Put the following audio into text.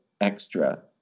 extra